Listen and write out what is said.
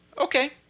Okay